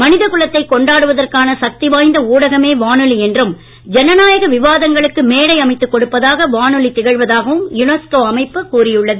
மனித குலத்தைக் கொண்டாடுவதற்கான சக்தி வாய்ந்த ஊடகமே வானொலி என்றும் ஜனநாயக விவாதங்களுக்கு மேடை அமைத்துக் கொடுப்பதாக வானொலி திகழ்வதாகவும் யுனெஸ்கோ அமைப்பு கூறியுள்ளது